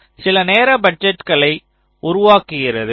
இது சில நேர பட்ஜெட்களை உருவாக்குகிறது